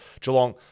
Geelong